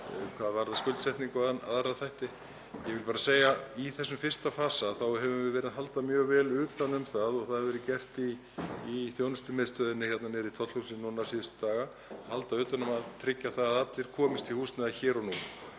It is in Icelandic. hvað varðar skuldsetningu og aðra þætti. Ég vil bara segja að í þessum fyrsta fasa þá höfum við verið að halda mjög vel utan um það og það hefur verið gert í þjónustumiðstöðinni niðri í Tollhúsi síðustu daga, að halda utan um það að tryggja að allir komist í húsnæði hér og nú.